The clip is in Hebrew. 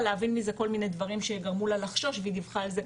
להבין מזה כל מיני דברים שגרמו ה לחשוש והיא דיווחה על זה.